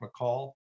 McCall